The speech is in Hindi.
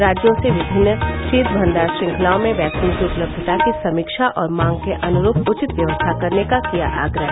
राज्यों से विभिन्न शीत भंडार श्रृंखलाओं में वैक्सीन की उपलब्धता की समीक्षा और मांग के अनुरूप उचित व्यवस्था करने का किया आग्रह